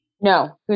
No